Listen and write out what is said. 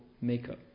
makeup